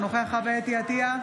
אינו נוכח חוה אתי עטייה,